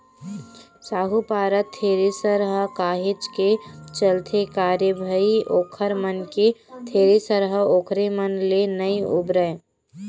साहूपारा थेरेसर ह काहेच के चलथे का रे भई ओखर मन के थेरेसर ह ओखरे मन ले नइ उबरय